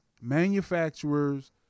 manufacturers